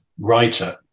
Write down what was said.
writer